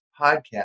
podcast